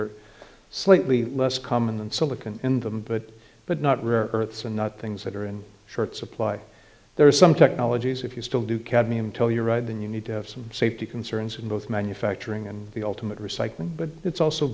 are slightly less common than silicon in them but but not rare earths and not things that are in short supply there are some technologies if you still do cadmium telluride then you need to have some safety concerns in both manufacturing and the ultimate recycling but it's also